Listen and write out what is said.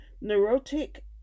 neurotic